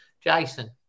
Jason